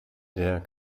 der